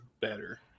better